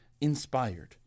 inspired